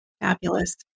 Fabulous